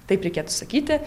taip reikėtų sakyti